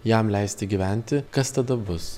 jam leisti gyventi kas tada bus